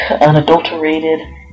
Unadulterated